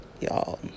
y'all